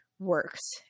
Works